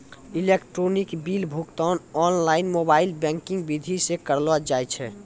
electronic bill भुगतान online mobile banking विधि से करलो जाय छै